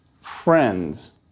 friends